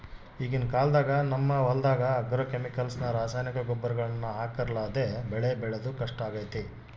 ಈಗಿನ ಕಾಲದಾಗ ನಮ್ಮ ಹೊಲದಗ ಆಗ್ರೋಕೆಮಿಕಲ್ಸ್ ನ ರಾಸಾಯನಿಕ ಗೊಬ್ಬರಗಳನ್ನ ಹಾಕರ್ಲಾದೆ ಬೆಳೆ ಬೆಳೆದು ಕಷ್ಟಾಗೆತೆ